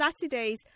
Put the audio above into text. Saturdays